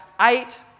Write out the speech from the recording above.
eight